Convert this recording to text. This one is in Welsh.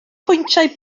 pwyntiau